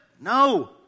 No